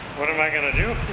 what am i going to do?